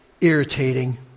irritating